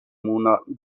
monaten